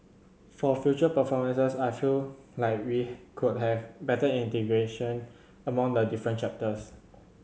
for future performances I feel like we could have better integration among the different chapters